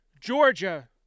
Georgia